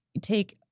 take